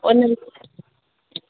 उन